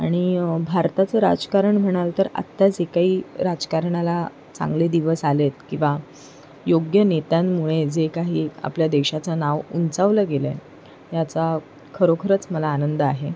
आणि भारताचं राजकारण म्हणाल तर आत्ता जे काही राजकारणाला चांगले दिवस आले आहेत किंवा योग्य नेत्यांमुळे जे काही आपल्या देशाचं नाव उंचावलं गेलं आहे याचा खरोखरच मला आनंद आहे